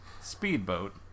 speedboat